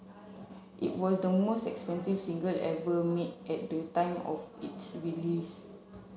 it was the most expensive single ever made at the time of its release